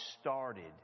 started